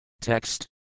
Text